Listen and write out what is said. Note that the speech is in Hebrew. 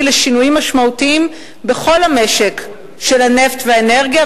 לשינויים משמעותיים בכל המשק של הנפט והאנרגיה,